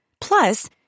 Plus